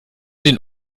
den